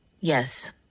Yes